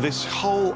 this whole